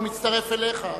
הוא מצטרף אליך,